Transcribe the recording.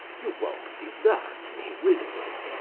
you won't desert me, will you?